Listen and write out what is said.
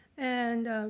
and